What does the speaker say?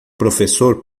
professor